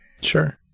Sure